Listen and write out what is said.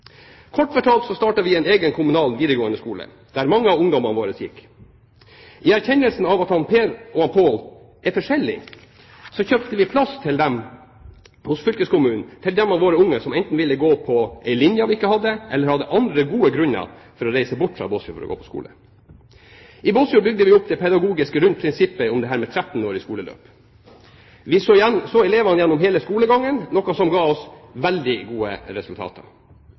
Kort fortalt startet vi en egen kommunal videregående skole der mange av ungdommene våre gikk. I erkjennelsen av at Per og På er forskjellige kjøpte vi plasser hos fylkeskommunen til de av våre unge som enten ville gå på en linje vi ikke hadde, eller hadde andre gode grunner for å reise bort fra Båtsfjord for å gå på skole. I Båtsfjord bygde vi opp det pedagogiske rundt prinsippet om det 13-årige skoleløpet. Vi så elevene gjennom hele skolegangen, noe som ga oss veldig gode resultater.